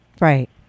Right